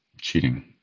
cheating